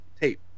tape